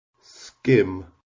skim